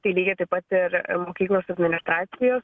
taigi jie taip pat ir mokyklos administracijos